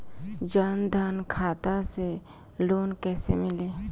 जन धन खाता से लोन कैसे मिली?